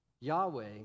Yahweh